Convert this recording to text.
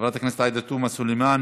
חברת הכנסת עאידה תומא סלימאן,